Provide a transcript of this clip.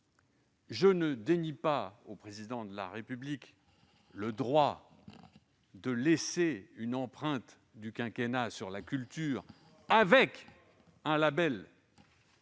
Je ne dénie pas au Président de la République le droit de laisser l'empreinte de son quinquennat sur la culture par un label